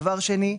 דבר שני,